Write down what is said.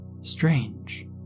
strange